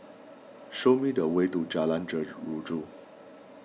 show me the way to Jalan Jeruju